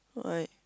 alright